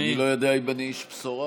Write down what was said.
אני לא יודע אם אני איש בשורה,